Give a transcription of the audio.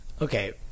Okay